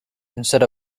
instead